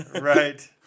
right